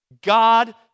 God